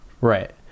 Right